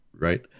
right